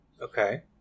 Okay